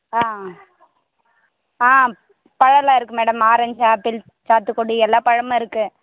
ஆ ஆ பழம்லாம் இருக்குது மேடம் ஆரஞ்ச் ஆப்பிள் சாத்துக்குடி எல்லா பழமும் இருக்குது